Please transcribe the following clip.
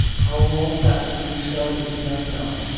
how long that would be so, he did not know.